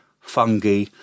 fungi